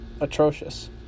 atrocious